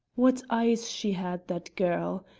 what eyes she had, that girl!